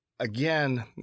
Again